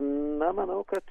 na manau kad